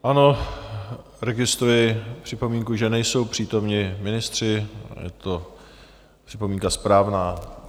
Ano, registruji připomínku, že nejsou přítomni ministři, je to připomínka správná.